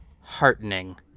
heartening